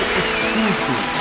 exclusive